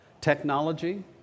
Technology